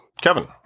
kevin